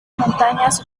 montañas